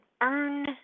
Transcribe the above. earn